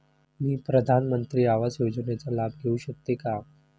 मी प्रधानमंत्री आवास योजनेचा लाभ घेऊ शकते का?